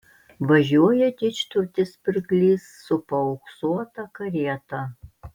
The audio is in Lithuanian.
važiuoja didžturtis pirklys su paauksuota karieta